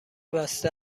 بسته